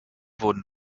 wurden